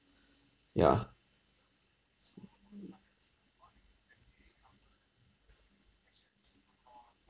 yeah so good